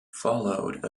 followed